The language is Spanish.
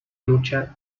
lucha